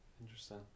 interesting